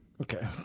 Okay